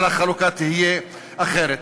אבל החלוקה תהיה אחרת.